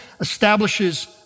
establishes